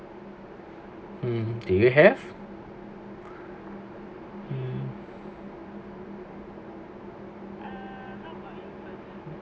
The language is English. mm do we have